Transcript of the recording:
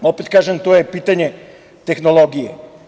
Opet kažem, to je pitanje tehnologije.